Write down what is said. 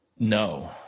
No